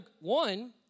one